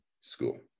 school